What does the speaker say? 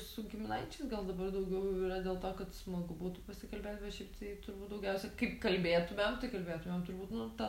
su giminaičiais gal dabar daugiau yra dėl to kad smagu būtų pasikalbėt bet šiaip tai turbūt daugiausia kaip kalbėtumėm tai kalbėtumėm turbūt nu ta